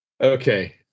Okay